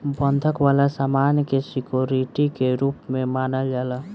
बंधक वाला सामान के सिक्योरिटी के रूप में मानल जाला